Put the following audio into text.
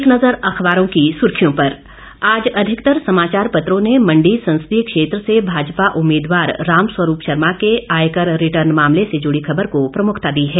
एक नज़र अखबारों की सुर्खियों पर आज अधिकतर समाचार पत्रों ने मंडी संसदीय क्षेत्र से भाजपा उम्मीदवार रामस्वरूप शर्मा के आयकर रिटर्न मामले से जुड़ी खबर को प्रमुखता दी है